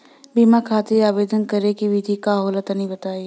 बीमा खातिर आवेदन करावे के विधि का होला तनि बताईं?